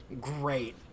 Great